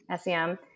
SEM